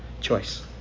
choice